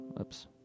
Oops